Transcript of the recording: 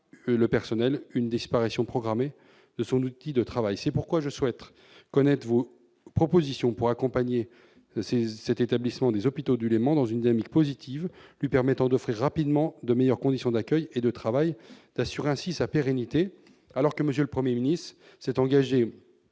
Il craint une disparition programmée de son outil de travail. C'est pourquoi je souhaite connaître vos propositions pour accompagner les Hôpitaux du Léman dans une dynamique positive lui permettant d'offrir rapidement de meilleures conditions d'accueil et de travail et d'assurer ainsi sa pérennité, alors que le M. le Premier ministre s'est engagé,